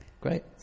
Great